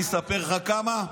אני אספר לך כמה?